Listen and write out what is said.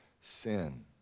sin